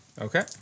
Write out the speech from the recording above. Okay